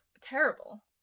terrible